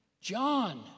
John